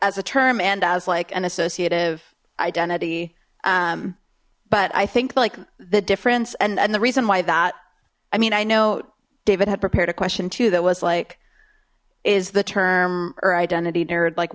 as a term and as like an associative identity but i think like the difference and the reason why that i mean i know david had prepared a question to that was like is the term or identity nerd like